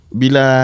bila